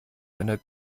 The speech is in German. einer